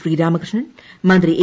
ശ്രീരാമകൃഷ്ണൻ മന്ത്രി എ